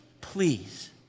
please